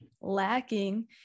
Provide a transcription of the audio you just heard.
lacking